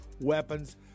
weapons